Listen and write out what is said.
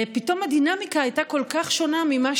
פתאום הדינמיקה הייתה כל כך שונה ממה